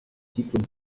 cyclones